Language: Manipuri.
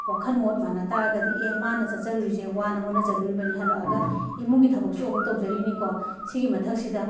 ꯋꯥꯈꯟ ꯃꯣꯠ ꯃꯥꯟꯅꯕ ꯇꯥꯔꯒꯗꯤ ꯑꯦ ꯃꯥꯅ ꯆꯠꯆꯔꯨꯔꯤꯁꯦ ꯋꯥꯅ ꯍꯣꯠꯅꯖꯔꯤꯕꯅꯤ ꯍꯜꯂꯛꯑꯒ ꯏꯃꯨꯡꯒꯤ ꯊꯕꯛꯁꯨ ꯑꯃꯨꯛ ꯇꯧꯖꯔꯤꯅꯤꯀꯣ ꯁꯤꯒꯤ ꯃꯊꯛꯁꯤꯗ